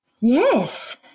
Yes